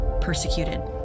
persecuted